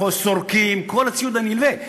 סורקים וכל הציוד הנלווה,